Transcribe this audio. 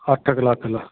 अठ कलाक लाइ